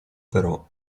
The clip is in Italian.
però